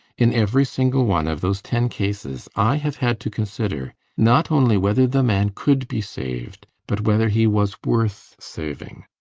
in every single one of those ten cases i have had to consider, not only whether the man could be saved, but whether he was worth saving.